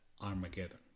Armageddon